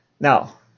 Now